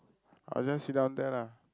I just sit down there lah